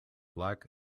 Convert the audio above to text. black